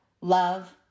love